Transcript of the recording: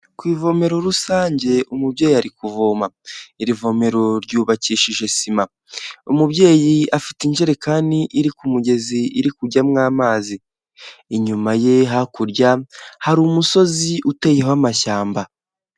Ku ivomero rusange umubyeyi ari kuvoma, iri vomero ryuyubakishije sima, umubyeyi afite injerekani iri ku mugezi iri kujyamo amazi, inyuma ye hakurya hari umusozi uteyeho amashyamba.